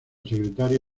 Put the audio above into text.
secretario